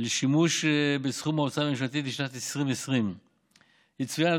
לשימוש בסכום ההוצאה הממשלתית לשנת 2020. יצוין,